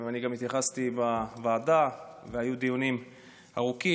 אני גם התייחסתי בוועדה והיו דיונים ארוכים,